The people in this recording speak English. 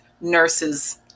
nurses